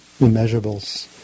immeasurables